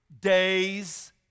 days